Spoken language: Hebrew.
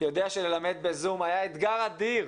יודע שללמד בזום היה אתגר אדיר,